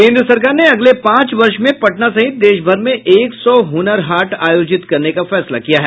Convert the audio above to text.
केन्द्र सरकार ने अगले पांच वर्ष में पटना सहित देशभर में एक सौ हुनर हाट आयोजित करने का फैसला किया है